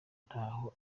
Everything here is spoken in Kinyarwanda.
ntaho